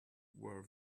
were